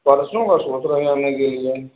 परसों का सोच रहे है आने के लिए